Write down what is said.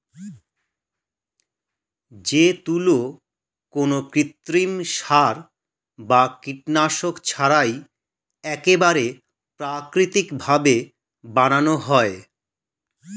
যে তুলো কোনো কৃত্রিম সার বা কীটনাশক ছাড়াই একেবারে প্রাকৃতিক ভাবে বানানো হয়